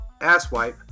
asswipe